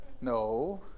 No